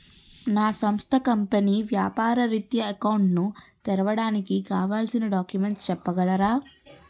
నా సంస్థ కంపెనీ వ్యాపార రిత్య అకౌంట్ ను తెరవడానికి కావాల్సిన డాక్యుమెంట్స్ చెప్పగలరా?